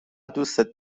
دوستت